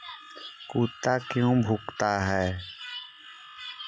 कुत्ता क्यों भौंकता है?